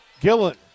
Gillen